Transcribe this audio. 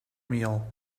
meal